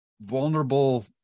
vulnerable